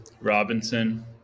Robinson